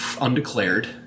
undeclared